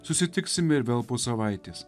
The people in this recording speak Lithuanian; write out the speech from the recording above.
susitiksime ir vėl po savaitės